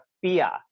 fear